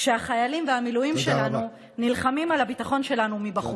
כשהחיילים ואנשי המילואים שלנו נלחמים על הביטחון שלנו מבחוץ.